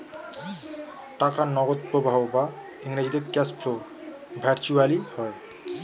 টাকার নগদ প্রবাহ বা ইংরেজিতে ক্যাশ ফ্লো ভার্চুয়ালি হয়